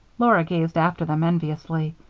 laura gazed after them enviously.